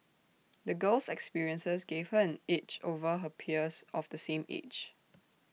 the girl's experiences gave her an edge over her peers of the same age